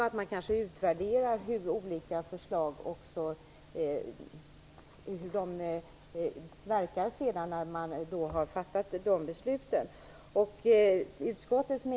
Man bör kanske först utvärdera vilken verkan olika förslag har.